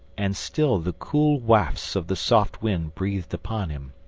and still the cool wafts of the soft wind breathed upon him,